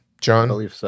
John